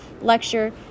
lecture